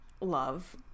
Love